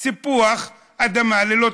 סיפוח אדמה ללא תושבים,